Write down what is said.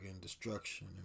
destruction